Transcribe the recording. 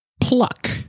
pluck